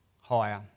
higher